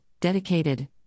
dedicated